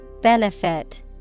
Benefit